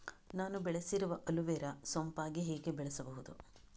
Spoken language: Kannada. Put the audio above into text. ನಾನು ಬೆಳೆಸಿರುವ ಅಲೋವೆರಾ ಸೋಂಪಾಗಿ ಹೇಗೆ ಬೆಳೆಸಬಹುದು?